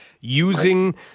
using